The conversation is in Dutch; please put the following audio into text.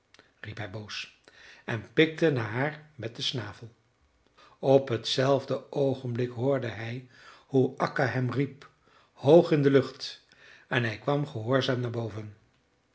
hij boos en pikte naar haar met den snavel op hetzelfde oogenblik hoorde hij hoe akka hem riep hoog in de lucht en hij kwam gehoorzaam naar boven